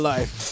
Life